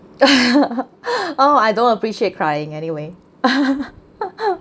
oh I don't appreciate crying anyway